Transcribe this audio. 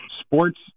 sports